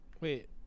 Wait